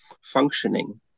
functioning